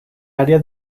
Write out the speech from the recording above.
área